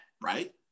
right